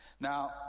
Now